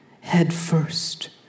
headfirst